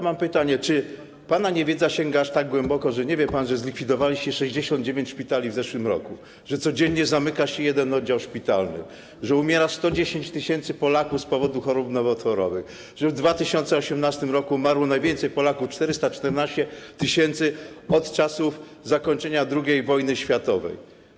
Mam pytanie, czy pana niewiedza sięga aż tak głęboko, że nie wie pan, że zlikwidowaliście 69 szpitali w zeszłym roku, że codziennie zamyka się jeden oddział szpitalny, że umiera 110 tys. Polaków z powodu chorób nowotworowych, że w 2018 r. umarło najwięcej Polaków - 414 tys. - od czasu zakończenia II wojny światowej.